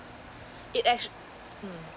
it actu~ mm